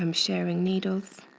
um sharing needles,